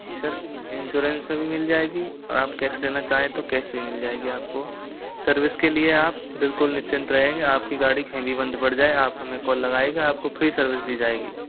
जी sir insurance में भी मिल जाएगी और आप कैश लेना चाहें तो कैश में भी मिल जाएगी आप को सर्विस के लिए आप बिल्कुल निश्चिंत रहेंगे आप की गाड़ी कहीं भी बंद पड़ जाए आप हमे कॉल लगाइएगा आप को फ्री सर्विस दी जाएगी